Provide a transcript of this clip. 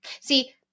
See